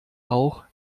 auch